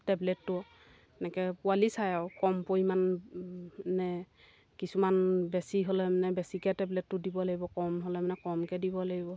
টেবলেটটো এনেকৈ পোৱালি চাই আৰু কম পৰিমাণে কিছুমান বেছি হ'লে মানে বেছিকৈ টেবলেটটো দিব লাগিব কম হ'লে মানে কমকৈ দিব লাগিব